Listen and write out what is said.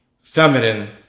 feminine